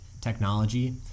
technology